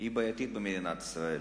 הם בעייתיים במדינת ישראל.